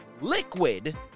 liquid